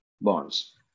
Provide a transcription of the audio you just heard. bonds